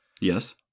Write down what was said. Yes